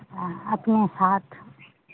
अपने साथ